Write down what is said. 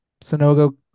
Sonogo